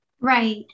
Right